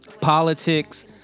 politics